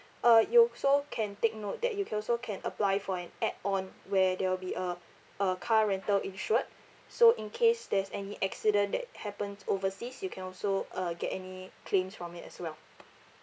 uh you also can take note that you can also can apply for an add on where there will be a a car rental insured so in case there's any accident that happens overseas you can also uh get any claims from it as well